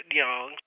young